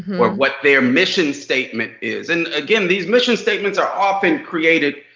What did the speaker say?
or what their mission statement is and again, these mission statements are often created